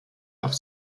auf